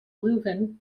leuven